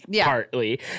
partly